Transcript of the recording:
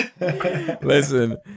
listen